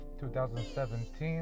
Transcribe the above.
2017